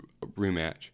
rematch